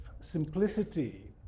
simplicity